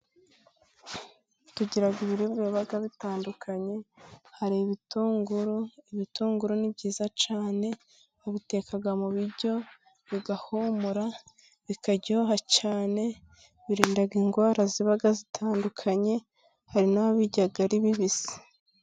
Tugira ibiribwa biga bitandukanye hari ibitunguru, ibitunguru ni byiza cyane babiteka mu biryo bigahumura bikaryoha cyane. Birinda indwara ziba zitandukanye, hari n'ababirya ari bibisi.